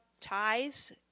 ties